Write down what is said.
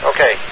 Okay